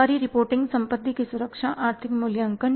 सरकारी रिपोर्टिंग संपत्ति की सुरक्षा आर्थिक मूल्यांकन